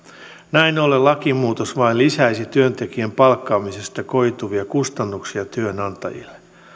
näin ollen lakimuutos vain lisäisi työntekijän palkkaamisesta koituvia kustannuksia työnantajille